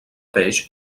peix